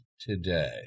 today